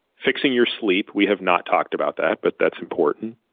fixing your sleep we have not talked about that, but that's important.